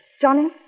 Johnny